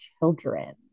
children